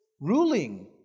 ruling